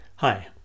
Hi